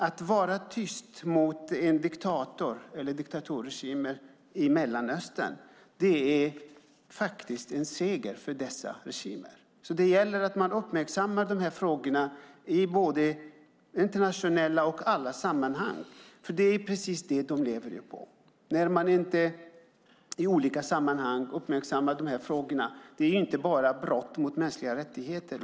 Om man är tyst mot diktaturregimer i Mellanöstern är det en seger för dessa regimer. Det gäller att uppmärksamma dessa frågor internationellt och i alla sammanhang. Om man inte i olika sammanhang uppmärksammar de här frågorna är det ett brott mot mänskliga rättigheter.